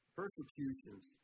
persecutions